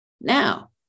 now